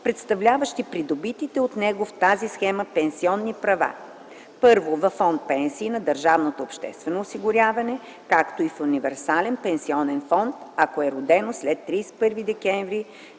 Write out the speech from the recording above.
представляващи придобитите от него в тази схема пенсионни права: 1. във фонд „Пенсии” на държавното обществено осигуряване, както и в универсален пенсионен фонд, ако е родено след 31 декември